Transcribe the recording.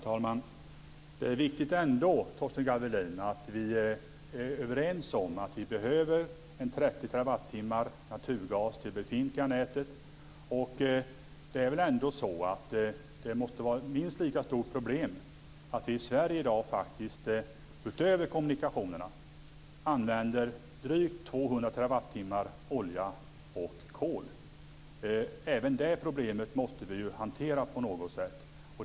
Fru talman! Det är ändå viktigt, Torsten Gavelin, att vi är överens om att vi behöver ca 30 TWh naturgas till det befintliga nätet. Det måste vara ett minst lika stort problem att vi i Sverige i dag, utöver kommunikationerna, använder drygt 200 TWh olja och kol. Vi måste ju även hantera det problemet på något sätt.